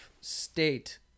state